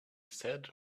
said